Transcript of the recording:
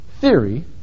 theory